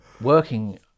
Working